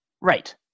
Right